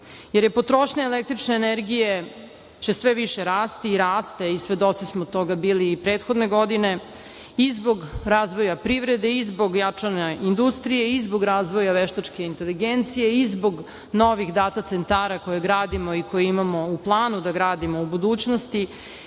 jer će potrošnja električne energije sve više rasti i raste i svedoci smo toga bili i prethodne godine i zbog razvoja privrede, i zbog jačanja industrije, i zbog razvoja veštačke inteligencije, i zbog novih data centara koje gradimo i koje imamo u planu da gradimo u budućnosti.